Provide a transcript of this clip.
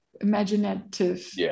imaginative